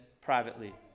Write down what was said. privately